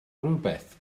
rywbeth